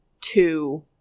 two